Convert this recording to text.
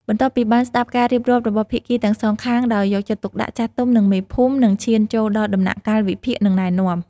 បន្ទាប់ពីបានស្តាប់ការរៀបរាប់របស់ភាគីទាំងសងខាងដោយយកចិត្តទុកដាក់ ចាស់ទុំ និងមេភូមិ នឹងឈានចូលដល់ដំណាក់កាលវិភាគ និងណែនាំ។